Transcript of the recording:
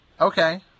Okay